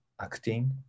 acting